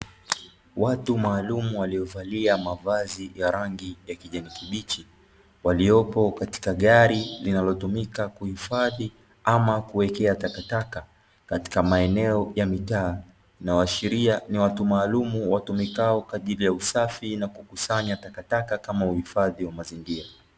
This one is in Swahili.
Watu maalumu waliovalia mavazi ya rangi ya kijani kibichi, waliopo katika gari linalotumika kuhifadhi ama kuwekea takataka katika maeneo ya mitaa, inayoashiria ni watu maalumu watumikao kwa ajili ya usafi na kukusanya takataka kama uhifadhi wa mazingira.